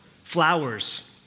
Flowers